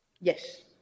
Yes